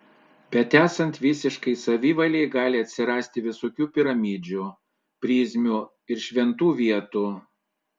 bet esant visiškai savivalei gali atsirasti visokių piramidžių prizmių ir šventų vietų